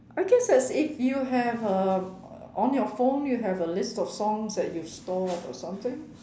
I guess that's if you have uh on your phone you have a list of songs that you've stored or something